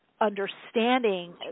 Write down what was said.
understanding